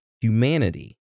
humanity